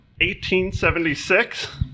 1876